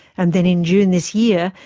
and then in june this year,